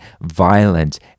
violent